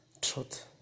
truth